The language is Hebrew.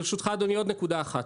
ברשותך אדוני עוד נקודה אחת.